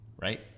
right